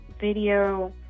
video